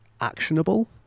actionable